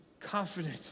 confident